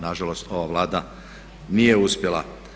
Nažalost ova Vlada nije uspjela.